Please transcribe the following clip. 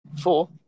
Four